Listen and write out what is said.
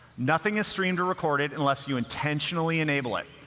nothing is streamed or recorded unless you intentionally enable it.